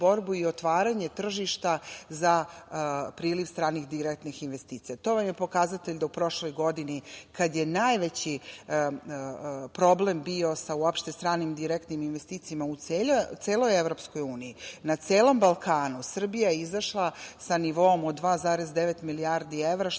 i otvaranje tržišta za priliv stranih direktnih investicija. To vam je pokazatelj da u prošloj godini, kada je najveći problem bio sa uopšte stranim direktnim investicijama u celoj Evropskoj uniji, na celom Balkanu, Srbija je izašla sa nivoom od 2,9 milijardi evra,